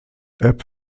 app